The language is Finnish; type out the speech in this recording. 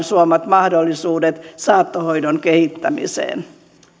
suomat mahdollisuudet saattohoidon kehittämiseen